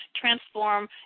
transform